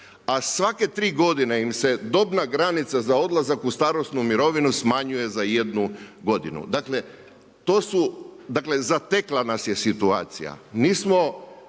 a svake tri godine im se dobna granica za odlazak u starosnu mirovinu smanjuje za jednu godinu. Dakle, zatekla nas je situacija.